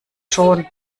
schon